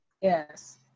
Yes